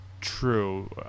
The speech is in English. true